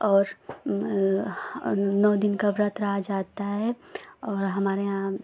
और और नौ दिन का व्रत रहा जाता है और हमारे यहाँ